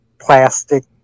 plastic